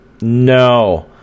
no